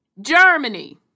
Germany